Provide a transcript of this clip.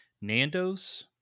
Nando's